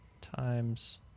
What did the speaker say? times